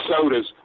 sodas